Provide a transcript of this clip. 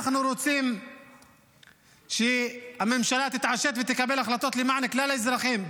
אנחנו רוצים שהממשלה תתעשת ותקבל החלטות למען כלל האזרחים,